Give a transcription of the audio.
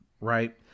right